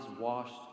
washed